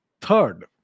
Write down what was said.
Third